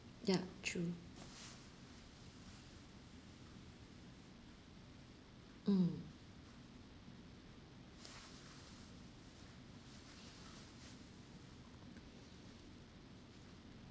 ya true mm